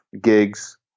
gigs